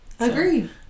Agree